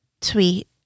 tweet